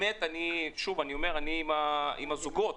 אנחנו עם הזוגות,